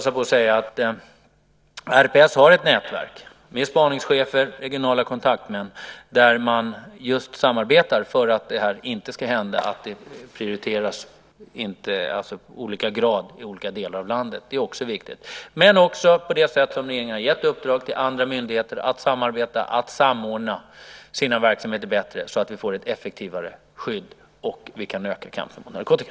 RPS har ett nätverk med spaningschefer och regionala kontaktmän där man samarbetar för att det inte ska prioriteras i olika grad i olika delar i landet. Det är viktigt. Regeringen har också gett i uppdrag till andra myndigheter att samarbeta och att samordna sina verksamheter bättre så att vi får ett effektivare skydd och kan öka kampen mot narkotika.